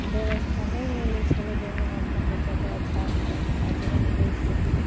व्यवस्था नहि मिलै छलै जाहिमे हम अपन बच्चाके अच्छा आचरण दे सकी